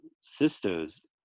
sisters